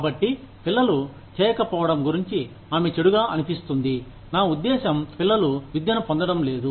కాబట్టి పిల్లలు చేయకపోవడం గురించి ఆమె చెడుగా అనిపిస్తుంది నా ఉద్దేశ్యం పిల్లలు విద్యను పొందడం లేదు